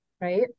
right